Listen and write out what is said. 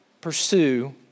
Pursue